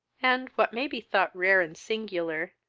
and, what may be thought rare and singular,